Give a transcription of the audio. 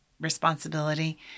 responsibility